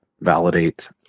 Validate